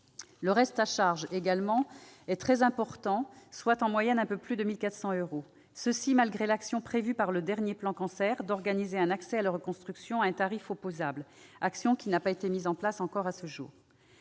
Le reste à charge est également très important, soit en moyenne quelque 1 400 euros, et ce malgré l'action prévue par le dernier plan Cancer d'organiser un accès à la reconstruction à un tarif opposable, action qui n'a pas été encore mise en place à ce jour.